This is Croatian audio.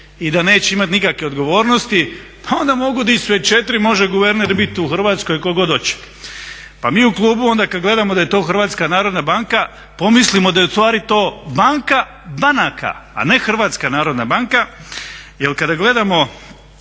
i da neće imati nikakve odgovornosti pa onda mogu dići sve 4, može guverner biti u Hrvatskoj tko god hoće. Pa mi u klubu onda kad gledamo da je to HNB pomislimo da je ustvari to banka banaka, a ne HNB jer kada gledamo